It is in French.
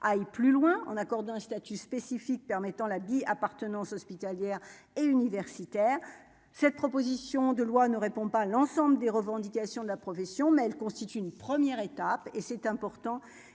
aille plus loin en accordant un statut spécifique permettant la bi-appartenance hospitalière et universitaires, cette proposition de loi ne répond pas l'ensemble des revendications de la profession, mais elle constitue une première étape et c'est important,